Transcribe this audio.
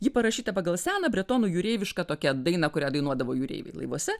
ji parašyta pagal seną bretonų jūreivišką tokią dainą kurią dainuodavo jūreiviai laivuose